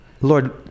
Lord